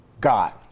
God